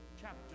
Chapter